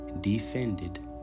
Defended